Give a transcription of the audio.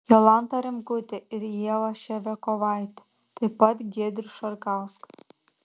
jolanta rimkutė ir ieva ševiakovaitė taip pat giedrius šarkauskas